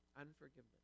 Unforgiveness